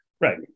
Right